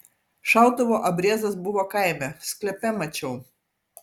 šautuvo abriezas buvo kaime sklepe mačiau